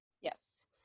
Yes